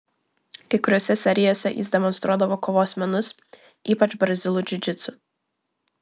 kai kuriose serijose jis demonstruodavo kovos menus ypač brazilų džiudžitsu